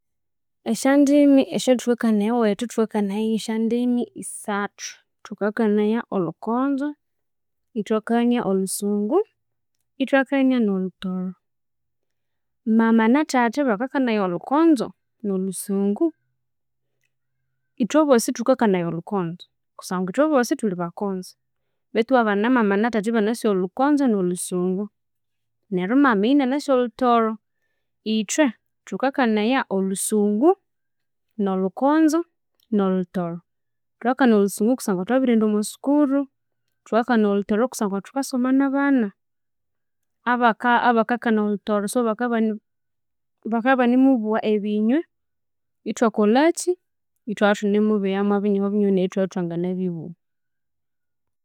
Esyo ndimi thukakanaya ewethu thukakanaya esyo ndimi isathu, thukakanaya olhukonzo, ithwakania olhusungu, no lhuthoro, mama na thatha bakakanaya olhukonzo no lhusungu, Ithwabosi thukakanaya olhukonzo kusangwa ithwabosi thulhibakonzo bethu iwabana ma bana thatha ibanasi olhukonzo no olhusungu neryu mama eyo anasi olhuthoro ithwe thukakanaya olhusungu no lhukonzo no lhutoro thuakakanaya olhusungu kusangwa thwabirighenda omwa sukuru, thukakanaya olhutoro kusangwa thukasoma na bana abakakanaya olhutoro so bakabya ibanibugha ebinywe ithwakolhaki ithwasyabya ithunimubyamu binyoho binyoho neryu ithwabya ithwana lhubugha.